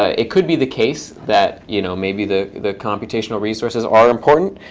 ah it could be the case that you know maybe the the computational resources are important.